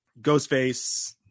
Ghostface